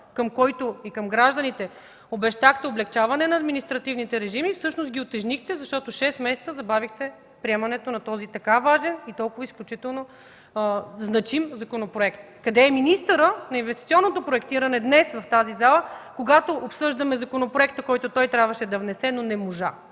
към който и към гражданите обещахте облекчаване на административните режими, но всъщност ги утежнихте, защото с шест месеца забавихте приемането на този така важен и толкова изключително значим законопроект. Къде е министърът на инвестиционното проектиране днес в тази зала, когато обсъждаме законопроекта, който той трябваше да внесе, но не можа?